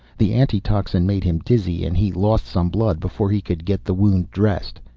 the antitoxin made him dizzy and he lost some blood before he could get the wound dressed.